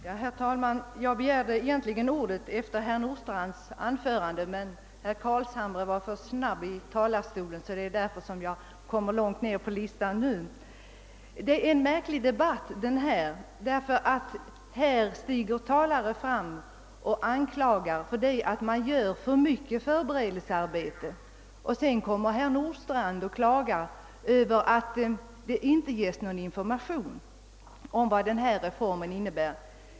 Herr talman! Jag begärde egentligen ordet efter herr Nordstrandhs anförande, men herr Carlshamre var för snabbt uppe i talarstolen, och det är därför som jag nu kommit långt ned på talarlistan. Detta är en märklig debatt. Här stiger talare fram med anklagelser för att man gjort för mycket förberedelser, och sedan kommer herr Nordstrandh och klagar Över att det inte ges någon information om vad denna reform innebär.